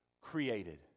created